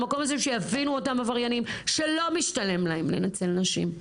למקום הזה שיבינו אותם עבריינים שלא משתלם להם לנצל נשים.